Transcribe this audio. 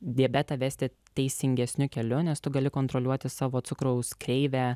diabetą vesti teisingesniu keliu nes tu gali kontroliuoti savo cukraus kreivę